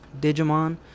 Digimon